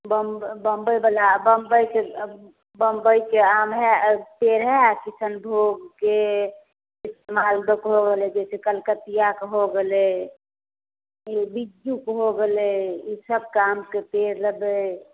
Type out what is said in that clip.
बंबइ बंबइ बला बंबइके आम है पेड़ है किशनभोगके जैसे कलकतिआके हो गेले बिज्जूके हो गेले ई सबके आमके पेड़ लेबै